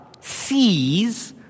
sees